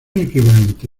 equivalente